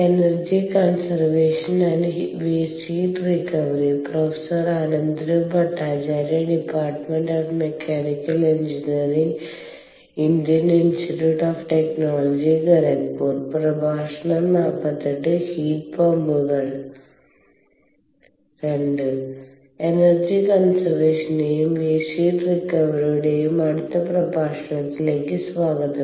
energy കൺസെർവഷന്റെയും waste heat റിക്കവറിയുടെയും അടുത്ത പ്രഭാഷണത്തിലേക്ക് സ്വാഗതം